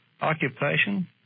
occupation